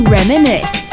Reminisce